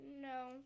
No